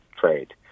trade